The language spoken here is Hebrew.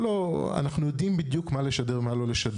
אנחנו יודעים בדיוק מה לשדר ומה לא לשדר.